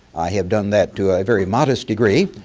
have done that to a very modest degree,